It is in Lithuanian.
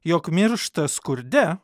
jog miršta skurde